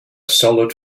solid